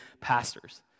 pastors